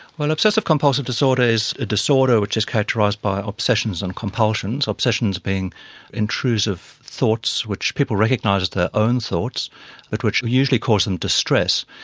obsessive compulsive disorder is a disorder which is characterised by obsessions and compulsions, obsessions being intrusive thoughts which people recognise as their own thoughts which usually cause them distress.